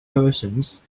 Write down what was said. versions